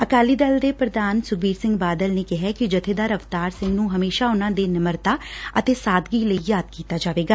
ਅਕਾਲੀ ਦਲ ਦੇ ਪ੍ਰਧਾਨ ਸੁਖਬੀਰ ਸਿੰਘ ਬਾਦਲ ਨੇ ਕਿਹੈ ਕਿ ਜਥੇਦਾਰ ਅਵਤਾਰ ਸਿੰਘ ਨੂੰ ਹਮੇਸ਼ਾ ਉਨ੍ਨਾ ਦੀ ਨਿਮਰਤਾ ਅਤੇ ਸਾਦਗੀ ਲਈ ਯਾਦ ਕੀਤਾ ਜਾਵੇਗਾ